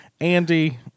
Andy